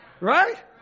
Right